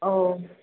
औ